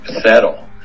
settle